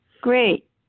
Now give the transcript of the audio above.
Great